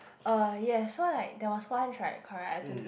uh yes so like that was once right correct I to do